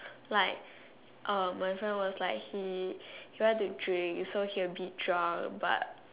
like uh my friend was like he he want to drink so he a bit drunk but